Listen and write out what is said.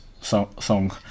song